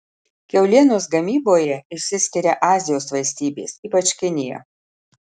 kiaulienos gamyboje išsiskiria azijos valstybės ypač kinija